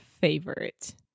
favorite